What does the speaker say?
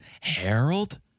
Harold